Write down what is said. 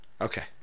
okay